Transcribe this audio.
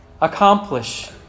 accomplish